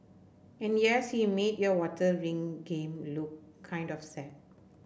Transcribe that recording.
and yes he made your water ring game look kind of sad